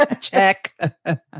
Check